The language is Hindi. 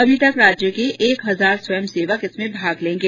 अभी राज्य के एक हजार स्वयंसेवक इसमें भाग लेंगे